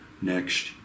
next